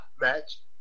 match